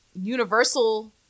universal